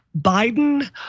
Biden